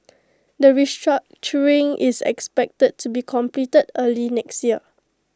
the restructuring is expected to be completed early next year